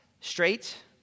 straight